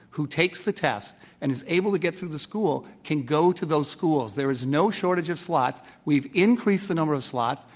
who takes the test and is able to get through the school, can go to those schools. there is no shortage of slots. we've increased the number of slots.